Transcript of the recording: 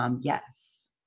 Yes